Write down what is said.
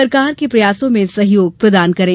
सरकार के प्रयासों में सहयोग प्रदान करें